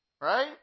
right